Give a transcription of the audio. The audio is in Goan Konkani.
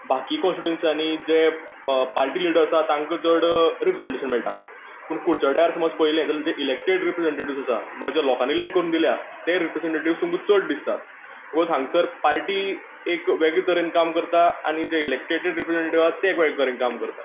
बाकी कोन्स्टीटूयन्सीनी जें पार्टी लिडर आसा तांकां चड रिप्रेजेंटेशन मेळटा पूण कुडचड्यार समज पळयलें जाल्यार जे इलेकटेड रिप्रेजेंटेटीव आसात म्हणजे जे लोकांनी इलेक्ट करून दिल्यात ते रिप्रेजेटेटीव तुमकां चड दिसतात बीकोज हांगसर पार्टी एक वेगळे तरेन काम करता आनी जे इलेक्टेड रिप्रेजेंटेटीव आसात ते एका तरेन काम करतात